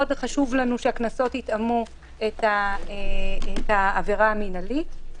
חשוב לנו מאוד שהקנסות יתאמו את העבירה המנהלית.